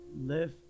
live